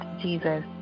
jesus